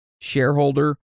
shareholder